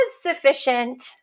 sufficient